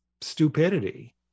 stupidity